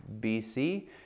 BC